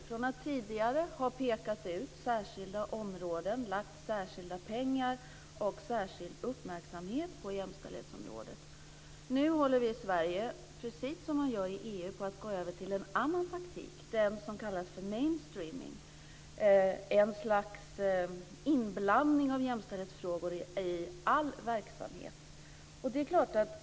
Från att tidigare ha pekat ut särskilda områden, lagt särskilda pengar och särskild uppmärksamhet på jämställdhetsområdet håller vi i Sverige, precis som man gör i EU, på att gå över till en annan taktik, det som kallas för mainstreaming, ett slags inblandning av jämställdhetsfrågor i all verksamhet.